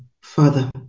Father